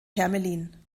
hermelin